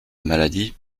maladie